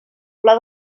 pla